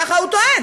ככה הוא טוען,